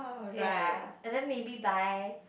ya and then maybe buy